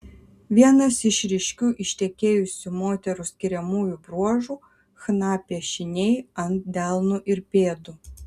vienas iš ryškių ištekėjusių moterų skiriamųjų bruožų chna piešiniai ant delnų ir pėdų